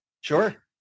Sure